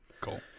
cool